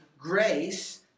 grace